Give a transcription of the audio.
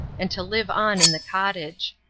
and to live on in the cottage.